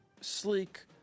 sleek